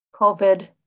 COVID